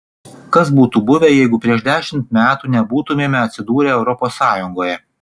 kas būtų buvę jeigu prieš dešimt metų nebūtumėme atsidūrę europos sąjungoje